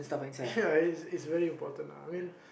ya it's it's very important ah I mean